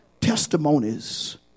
Testimonies